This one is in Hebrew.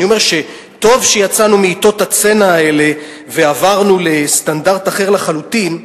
ואני אומר שטוב שיצאנו מעתות הצנע האלה ועברנו לסטנדרט אחר לחלוטין,